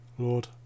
Lord